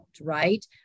right